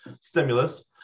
stimulus